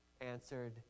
answered